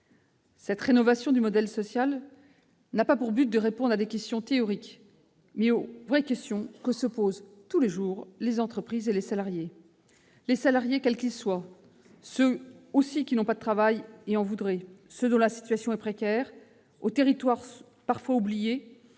Cette rénovation de notre modèle social a pour but de répondre non pas à des questions théoriques, mais aux vraies questions que se posent tous les jours les entreprises et les salariés quels qu'ils soient- ceux qui n'ont pas de travail et en voudraient, ceux dont la situation est précaire, les entreprises